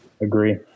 Agree